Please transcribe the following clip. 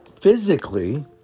physically